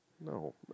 No